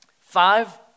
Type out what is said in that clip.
five